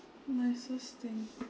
nicest thing